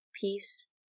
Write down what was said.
peace